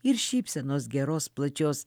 ir šypsenos geros plačios